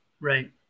Right